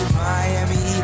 Miami